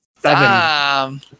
Seven